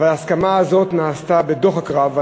אבל ההסכמה הזאת נעשתה בדוחק רב,